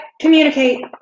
Communicate